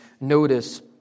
notice